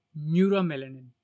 neuromelanin